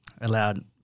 allowed